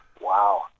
Wow